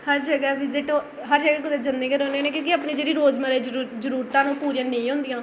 हर जगह् विजिट हर जगह् कुतै जन्ने गै रौह्न्ने होन्ने क्योंकि अपनी जेह्ड़ी रोजमर्रा दी जरूरतां न ओह् पूरियां नेईं होंदियां